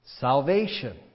salvation